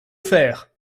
faire